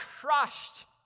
crushed